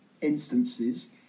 instances